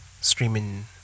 streaming